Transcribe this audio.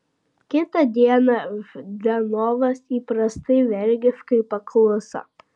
kitą dieną ždanovas įprastai vergiškai pakluso